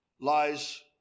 lies